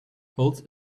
holds